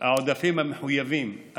העודפים המחויבים?